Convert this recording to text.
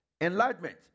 enlightenment